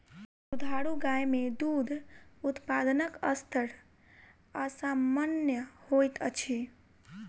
दुधारू गाय मे दूध उत्पादनक स्तर असामन्य होइत अछि